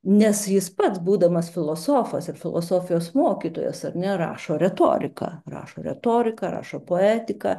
nes jis pats būdamas filosofas ir filosofijos mokytojas ar ne rašo retoriką rašo retoriką rašo poetiką